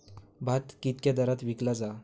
भात कित्क्या दरात विकला जा?